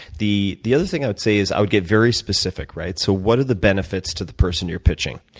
the the other thing i would say is, i would get very specific, right? so what are the benefits to the person you're pitching,